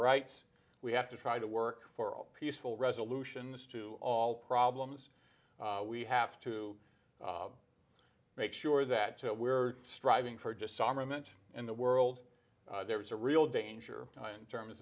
rights we have to try to work for a peaceful resolutions to all problems we have to make sure that we're striving for disarmament in the world there is a real danger in terms